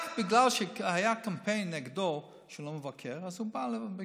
רק בגלל שהיה קמפיין נגדו שהוא לא מבקר אז הוא בא לביקור.